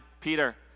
Peter